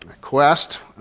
quest